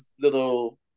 little